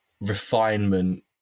refinement